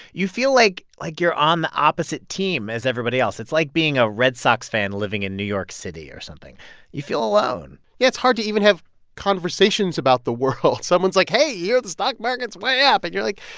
you feel like like you're on the opposite team as everybody else. it's like being a red sox fan living in new york city or something you feel alone. yeah, it's hard to even have conversations about the world. someone's like, hey, you hear the stock market's way up? and you're like.